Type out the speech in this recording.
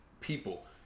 people